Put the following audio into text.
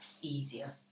easier